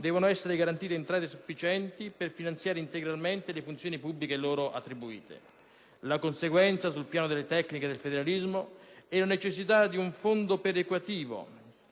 devono essere garantite entrate sufficienti per finanziare integralmente le funzioni pubbliche loro attribuite. La conseguenza sul piano delle tecniche del federalismo fiscale è la necessità di un fondo perequativo